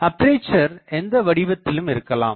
அப்பேசர் எந்த வடிவத்திலும் இருக்கலாம்